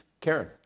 Karen